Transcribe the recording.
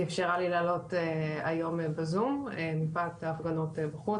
שאפשרה לי לעלות היום בזום מפאת ההפגנות בחוץ,